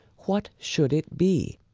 what should it be?